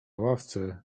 ławce